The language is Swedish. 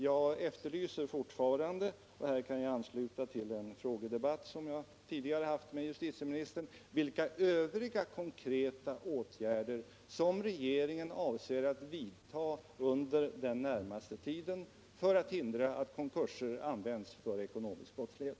Jag efterlyser fortfarande — och kan där ansluta till den frågedebatt som jag har haft med justitieministern — besked om vilka övriga konkreta åtgärder som regeringen avser att vidta under den närmaste tiden för att hindra att konkurser används vid ekonomisk brottslighet.